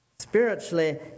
Spiritually